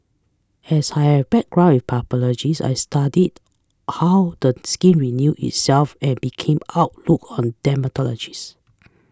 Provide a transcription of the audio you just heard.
as I had background in pathology I studied how the skin renew itself and became hook on dermatology